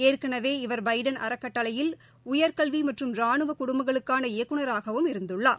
ஏற்கனவே இவர் எபடன் அறக்கட்டளையில் உயர்கல்வி மற்றும் ராணுவ குடும்பங்களுக்கான இயக்குநகராகவும் இருந்துள்ளார்